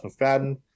McFadden